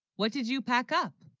what did you pack up